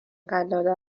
قلاده